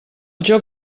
joc